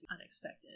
unexpected